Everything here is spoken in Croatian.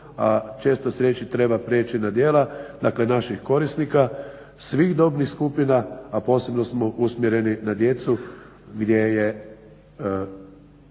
često s riječi treba prijeći na djela, dakle naših korisnika svih dobnih skupina, a posebno smo usmjereni na djecu gdje je